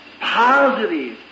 positive